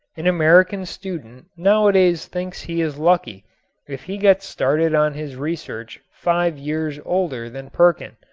an american student nowadays thinks he is lucky if he gets started on his research five years older than perkin.